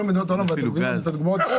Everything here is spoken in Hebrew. ואתם מביאים את הדוגמאות,